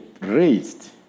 raised